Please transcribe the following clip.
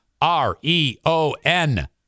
R-E-O-N